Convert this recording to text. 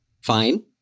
Fine